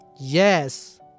Yes